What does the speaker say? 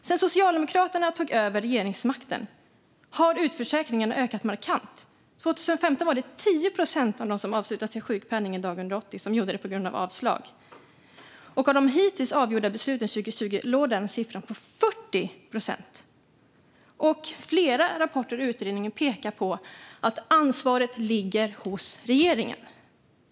Sedan Socialdemokraterna tog över regeringsmakten har utförsäkringarna ökat markant. År 2015 var det 10 procent av dem som avslutade sin sjukpenning dag 180 som gjorde det på grund av avslag. Av de hittills fattade besluten 2020 ligger siffran på 40 procent. Flera rapporter och utredningar pekar på att ansvaret ligger hos regeringen.